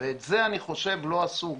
ואת זה אני חושב לא עשו.